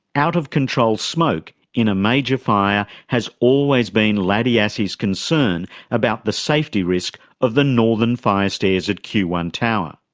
out-of-control smoke in a major fire has always been laddie assey's concern about the safety risk of the northern fire stairs at q one tower.